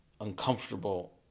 uncomfortable